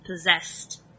possessed